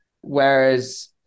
Whereas